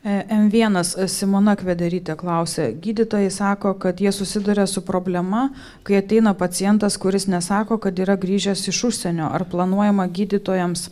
m vienas simona kvederytė klausia gydytojai sako kad jie susiduria su problema kai ateina pacientas kuris nesako kad yra grįžęs iš užsienio ar planuojama gydytojams